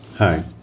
Hi